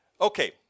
Okay